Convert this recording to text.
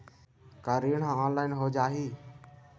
का ऋण ह ऑनलाइन हो जाही?